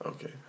Okay